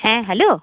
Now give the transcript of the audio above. হ্যাঁ হ্যালো